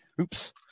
Oops